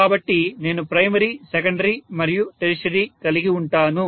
కాబట్టి నేను primary secondary మరియు టెర్షియరీ కలిగి ఉంటాను